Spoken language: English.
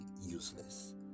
useless